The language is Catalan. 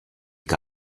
que